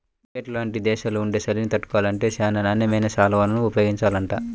Tibet లాంటి దేశాల్లో ఉండే చలిని తట్టుకోవాలంటే చానా నాణ్యమైన శాల్వాలను ఉపయోగించాలంట